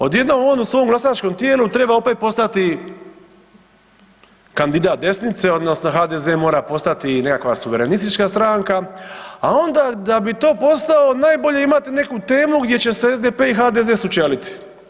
Odjednom on u svom glasačkom tijelu treba opet postati kandidat desnice odnosno HDZ mora postati nekakva suverenistička stranka, a onda da bi to postao najbolje je imat neku temu gdje će se SDP i HDZ sučeliti.